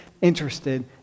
interested